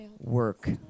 work